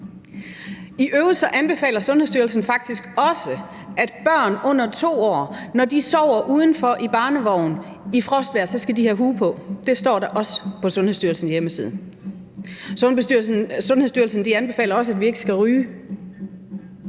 I øvrigt anbefaler Sundhedsstyrelsen faktisk også, at børn under 2 år, når de sover udenfor i barnevogn i frostvejr, skal have hue på. Det står der også på Sundhedsstyrelsens hjemmeside. Sundhedsstyrelsen anbefaler også, at vi ikke skal ryge.